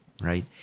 right